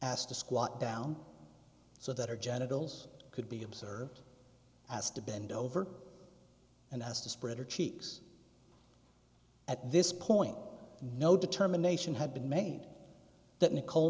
ass to squat down so that her genitals could be observed as to bend over and as to spread her cheeks at this point no determination had been made that nicol